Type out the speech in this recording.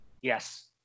Yes